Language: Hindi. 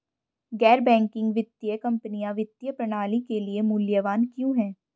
गैर बैंकिंग वित्तीय कंपनियाँ वित्तीय प्रणाली के लिए मूल्यवान क्यों हैं?